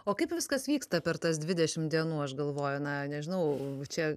o kaip viskas vyksta per tas dvidešim dienų aš galvoju na nežinau čia